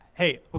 Hey